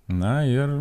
na ir